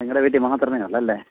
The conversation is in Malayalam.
നിങ്ങളുടെ വീട്ടിൽ മാത്രമേ ഉള്ളല്ലേ